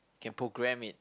can program it